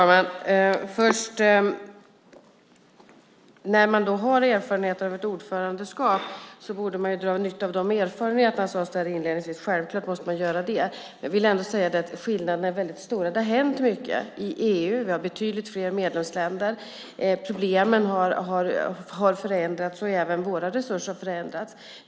Herr talman! Det sades inledningsvis att när man har erfarenheter av ett ordförandeskap borde man dra nytta av dem. Det måste man självfallet göra, men skillnaderna är väldigt stora. Det har hänt mycket i EU. Vi har betydligt fler medlemsländer. Problemen har förändrats, och även våra resurser har förändrats.